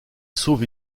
sauve